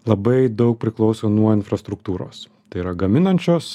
labai daug priklauso nuo infrastruktūros tai yra gaminančios